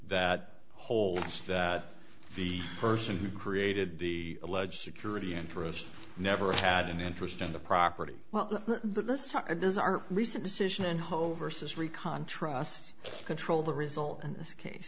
that holds that the person who created the alleged security interest never had an interest in the property well this time does our recent decision home versus re contrasts control the result in this case